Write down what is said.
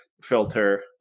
filter